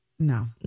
No